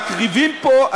מקריבים פה,